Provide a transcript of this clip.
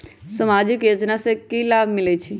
सामाजिक योजना से की की लाभ होई?